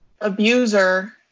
abuser